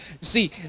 See